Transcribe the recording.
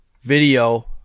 video